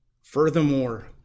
Furthermore